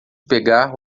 pegar